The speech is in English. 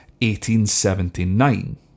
1879